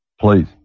Please